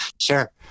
Sure